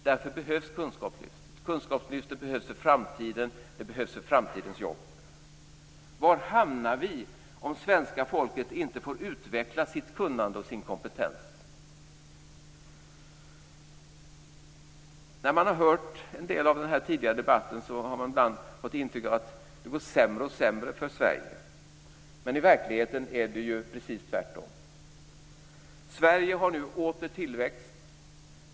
Därför behövs Kunskapslyftet. Det behövs för framtiden och för framtidens jobb. Var hamnar vi om svenska folket inte får utveckla sitt kunnande och sin kompetens? När man har hört en del av den tidigare debatten kan man ibland få intrycket av att det går sämre och sämre för Sverige. Men i verkligheten är det precis tvärtom. Sverige har nu åter tillväxt.